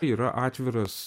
yra atviras